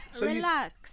relax